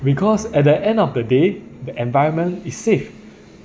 because at the end of the day the environment is safe